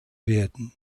werden